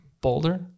Boulder